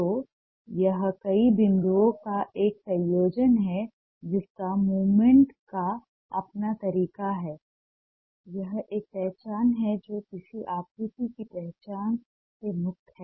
तो यह कई बिंदुओं का एक संयोजन है जिसका मूवमेंट का अपना तरीका है यह एक पहचान है जो किसी आकृति की पहचान से मुक्त है